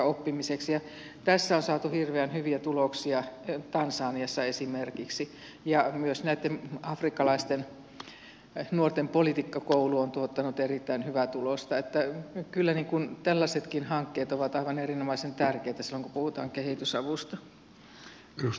tästä on saatu hirveän hyviä tuloksia tansaniassa esimerkiksi ja myös näitten afrikkalaisten nuorten politiikkakoulu on tuottanut erittäin hyvää tulosta niin että kyllä tällaisetkin hankkeet ovat aivan erinomaisen tärkeitä silloin kun puhutaan kehitysavusta